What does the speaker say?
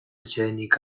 atsedenik